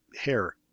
hair